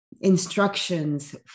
instructions